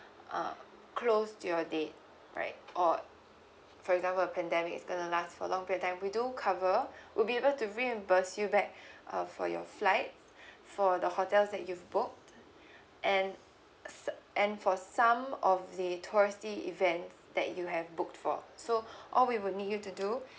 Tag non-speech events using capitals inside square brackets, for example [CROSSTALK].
uh close to your day right or for example a pandemic is going to last for long period of time we do cover [BREATH] we'll be able to reimburse you back [BREATH] uh for your flight [BREATH] for the hotels that you've booked [BREATH] and s~ and for some of the touristy events that you have booked for so [BREATH] all we will need you to do [BREATH]